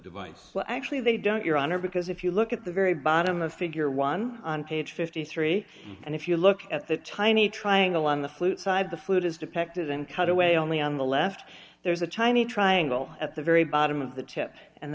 device well actually they don't your honor because if you look at the very bottom of figure one on page fifty three and if you look at the tiny triangle on the flute side the food is depicted in cutaway only on the left there's a tiny triangle at the very bottom of the chip and